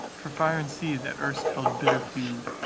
for fire and sea, that erst held bitter feud,